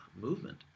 movement